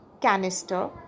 canister